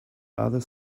other